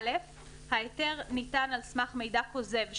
(א)ההיתר ניתן על סמך מידע כוזב,